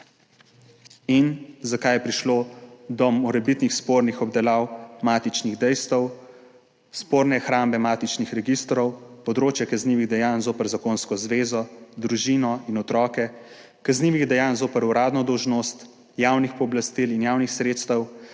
in zakaj je prišlo do morebitnih spornih obdelav matičnih dejstev, sporne hrambe, matičnih registrov, področja kaznivih dejanj zoper zakonsko zvezo, družino in otroke, kaznivih dejanj zoper uradno dolžnost, javnih pooblastil in javnih sredstev,